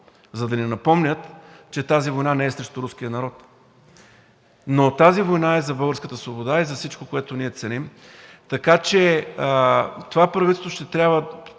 за да ни напомнят, че тази война не е срещу руския народ, но тази война е за българската свобода и за всичко, което ние ценим. Така че това правителство ще трябва